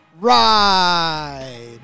ride